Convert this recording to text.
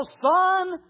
son